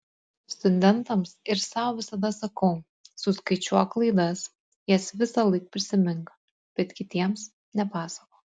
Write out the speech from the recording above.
studentams ir sau visada sakau suskaičiuok klaidas jas visąlaik prisimink bet kitiems nepasakok